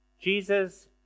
Jesus